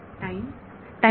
विद्यार्थी टाईम